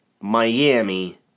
Miami